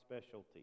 specialty